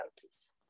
please